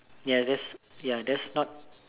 ya that's that's not